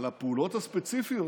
על הפעולות הספציפיות,